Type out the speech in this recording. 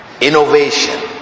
Innovation